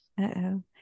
Uh-oh